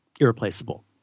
irreplaceable